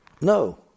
No